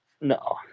No